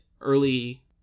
early